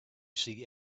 see